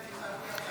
נתקבל.